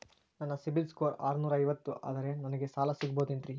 ನನ್ನ CIBIL score ಆರನೂರ ಐವತ್ತು ಅದರೇ ನನಗೆ ಸಾಲ ಸಿಗಬಹುದೇನ್ರಿ?